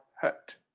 hurt